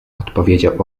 odpowiedział